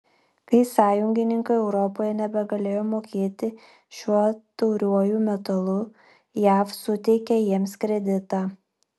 kai sąjungininkai europoje nebegalėjo mokėti šiuo tauriuoju metalu jav suteikė jiems kreditą